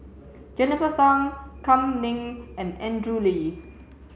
Jennifer Tham Kam Ning and Andrew Lee